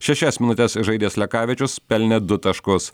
šešias minutes žaidęs lekavičius pelnė du taškus